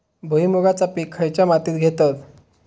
भुईमुगाचा पीक खयच्या मातीत घेतत?